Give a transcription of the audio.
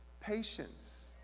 patience